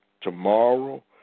tomorrow